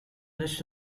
list